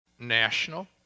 national